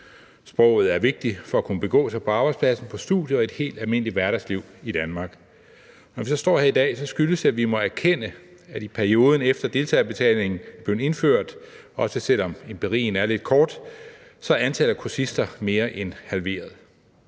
Sproget er vigtigt for at kunne begå sig på arbejdspladsen, på studiet og i et helt almindeligt hverdagsliv i Danmark. Når vi så står her i dag, skyldes det, at vi må erkende, at i perioden efter deltagerbetalingen blev indført – også selv om empirien er lidt kort – er antallet af kursister mere end halveret.